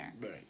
right